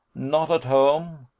not at home,